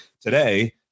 today